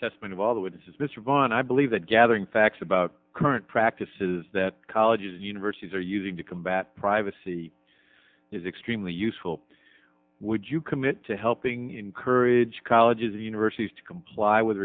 testament of all the witnesses mr von i believe that gathering facts about current practices that colleges and universities are using to combat privacy is extremely useful would you commit to helping encourage colleges and universities to comply with